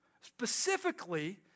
specifically